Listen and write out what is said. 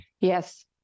Yes